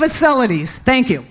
facilities thank you